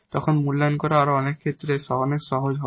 তখন মূল্যায়ন করা অনেক ক্ষেত্রে অনেক সহজ হবে